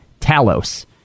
Talos